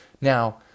Now